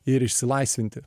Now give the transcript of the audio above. ir išsilaisvinti